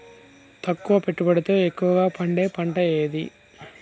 తక్కువ పెట్టుబడితో ఎక్కువగా పండే పంట ఏది?